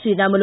Sriramulu